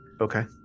Okay